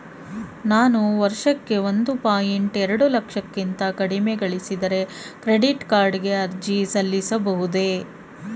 ನಾನು ವರ್ಷಕ್ಕೆ ಒಂದು ಪಾಯಿಂಟ್ ಎರಡು ಲಕ್ಷಕ್ಕಿಂತ ಕಡಿಮೆ ಗಳಿಸಿದರೆ ಕ್ರೆಡಿಟ್ ಕಾರ್ಡ್ ಗೆ ಅರ್ಜಿ ಸಲ್ಲಿಸಬಹುದೇ?